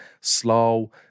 slow